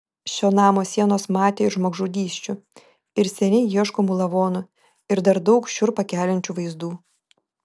šio namo sienos matė ir žmogžudysčių ir seniai ieškomų lavonų ir dar daug šiurpą keliančių vaizdų